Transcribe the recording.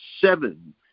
seven